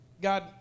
God